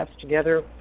together